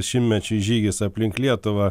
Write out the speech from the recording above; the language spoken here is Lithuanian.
šimtmečio žygis aplink lietuvą